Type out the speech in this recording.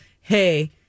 hey